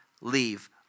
leave